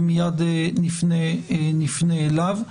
ומייד נפנה אליו.